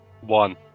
One